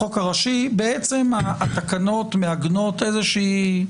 התקנות מעגנות בעצם,